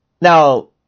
Now